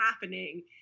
happening